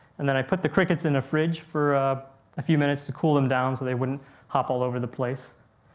and then i put the crickets in the fridge, for a few minutes to cool them down so they wouldn't hop all over the place.